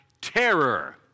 terror